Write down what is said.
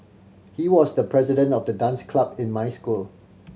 he was the president of the dance club in my school